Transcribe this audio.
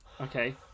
Okay